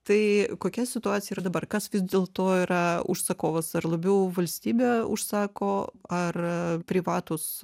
tai kokia situacija yra dabar kas vis dėlto yra užsakovas ar labiau valstybė užsako ar privatūs